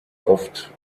oft